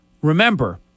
Remember